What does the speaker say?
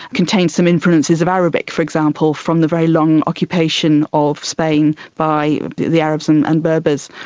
contains some influences of arabic, for example, from the very long occupation of spain by the arabs and and berbers,